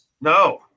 No